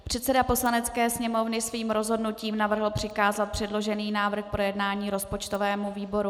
Předseda Poslanecké sněmovny svým rozhodnutím navrhl přikázat předložený návrh k projednání rozpočtovému výboru.